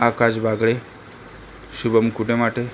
Akash Bagale Shubham Kudemate